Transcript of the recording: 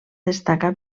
destaca